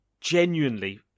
genuinely